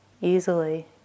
easily